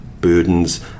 burdens